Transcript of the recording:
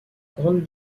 grande